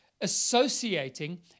Associating